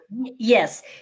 Yes